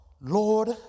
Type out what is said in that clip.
Lord